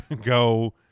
go